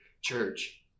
church